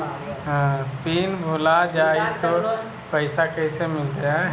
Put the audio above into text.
Pin भूला जाई तो पैसा कैसे मिलते?